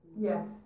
yes